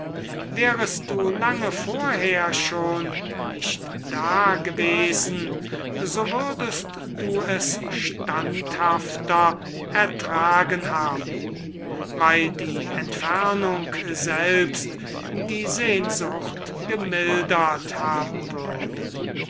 wärest du lange vorher schon nicht da gewesen so würdest du es standhafter ertragen haben weil die entfernung selbst die sehnsucht gemildert haben würde